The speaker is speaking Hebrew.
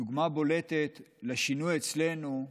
דוגמה בולטת לשינוי אצלנו: